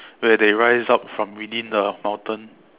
where they rise up from within the mountain